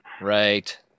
Right